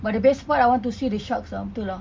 but the best part I want to see the sharks ah betul lah